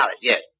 yes